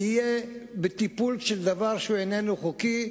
יהיה בטיפול כדבר שאיננו חוקי,